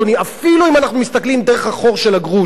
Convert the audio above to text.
אפילו אם אנחנו מסתכלים דרך החור של הגרוש,